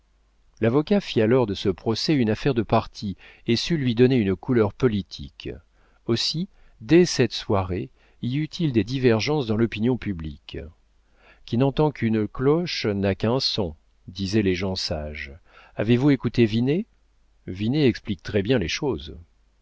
l'avocat fit alors de ce procès une affaire de parti et sut lui donner une couleur politique aussi dès cette soirée y eut-il des divergences dans l'opinion publique qui n'entend qu'une cloche n'a qu'un son disaient les gens sages avez-vous écouté vinet vinet explique très-bien les choses